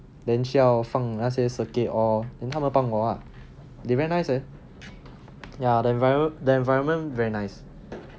then 需要放那些 circuit and all then 他们帮我 ah they very nice leh ya the enviro~ the environment very nice